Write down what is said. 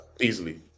easily